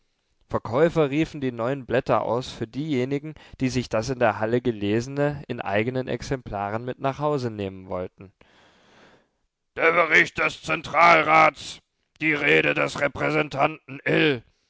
verkäufer riefen die neuen blätter aus für diejenigen die sich das in der halle gelesene in eigenen exemplaren mit nach hause nehmen wollten der bericht des zentralrats die rede des repräsentanten